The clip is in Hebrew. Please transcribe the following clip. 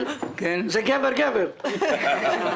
מי נמנע?